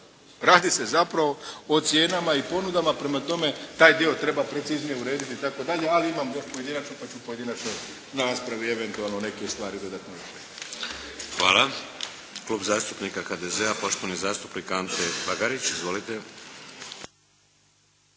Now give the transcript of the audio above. Radi se zapravo o cijenama i ponudama. Prema tome taj dio treba preciznije urediti itd. ali imam još pojedinačnu, pa ću na pojedinačnoj raspravi eventualno neke stvari dodatno. **Šeks, Vladimir (HDZ)** Hvala. Klub zastupnika HDZ-a, poštovani zastupnik Ante Bagarić. Izvolite.